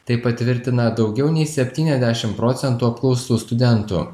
tai patvirtina daugiau nei septyniasdešimt procentų apklaustų studentų